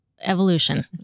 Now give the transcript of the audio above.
evolution